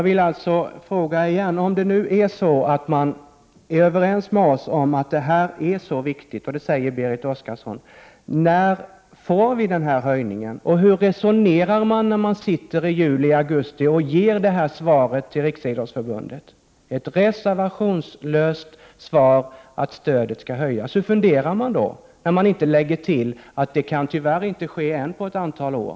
Om socialdemokraterna är överens med folkpartiet om att detta stöd är så viktigt, vilket Berit Oscarsson säger, undrar jag när LOK-stödet skall höjas? Hur resonerar socialdemokraterna när man i juli/augusti svarar Riksidrottsförbundet reservationslöst att stödet skall höjas, utan något förtydligande om att det tyärr inte kan ske än på ett antal år?